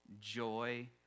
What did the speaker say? joy